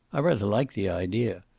i rather like the idea.